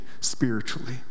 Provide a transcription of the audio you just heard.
spiritually